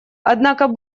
однако